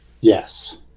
Yes